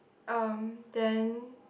um then